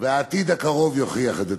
והעתיד הקרוב יוכיח את זה.